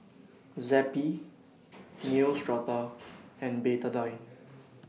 Zappy Neostrata and Betadine